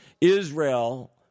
Israel